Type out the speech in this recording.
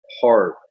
hard